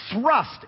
thrust